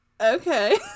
Okay